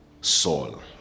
soul